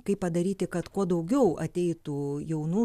kaip padaryti kad kuo daugiau ateitų jaunų